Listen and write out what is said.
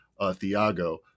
Thiago